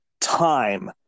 time